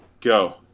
Go